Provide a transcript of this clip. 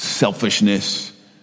Selfishness